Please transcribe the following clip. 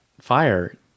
fire